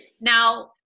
Now